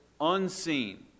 unseen